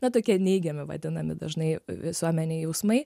na tokie neigiami vadinami dažnai visuomenėj jausmai